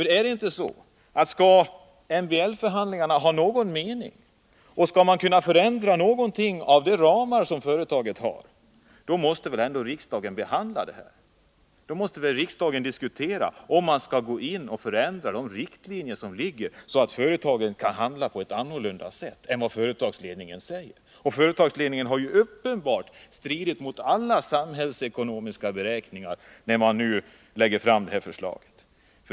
Det är väl ändå så att om MBL förhandlingarna skall ha någon mening och om man skall kunna förändra någonting i fråga om de ramar som företaget har för sin verksamhet, då måste riksdagen behandla frågan. Då måste riksdagen diskutera om man skall gå in och förändra de riktlinjer som dragits upp, så att företaget kan handla på ett annat sätt än som företagsledningen föreslår. Företagsledningen har ju uppenbart arbetat emot alla samhällsekonomiska beräkningar genom att lägga fram det här förslaget.